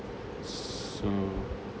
so